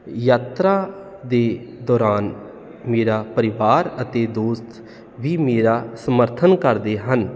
ਯਾਤਰਾ ਦੇ ਦੌਰਾਨ ਮੇਰਾ ਪਰਿਵਾਰ ਅਤੇ ਦੋਸਤ ਵੀ ਮੇਰਾ ਸਮਰਥਨ ਕਰਦੇ ਹਨ